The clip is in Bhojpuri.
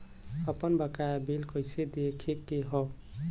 आपन बकाया बिल कइसे देखे के हौ?